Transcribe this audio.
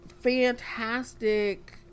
fantastic